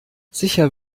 sicher